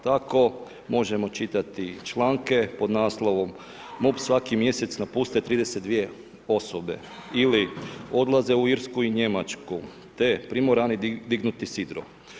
Tako možemo čitati članke pod naslovom MUP svaki mjesec napuste 32 osobe ili odlaze u Irsku i Njemačku te primorani dignuti sidro.